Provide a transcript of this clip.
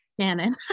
Shannon